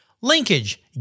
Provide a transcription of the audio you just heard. Linkage